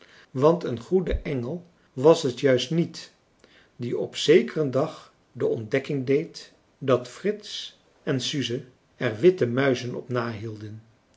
want een goede engel was het juist niet die op zekeren dag de ontdekking deed dat frits en suze er witte muizen op nahielden